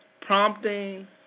Prompting